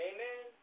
Amen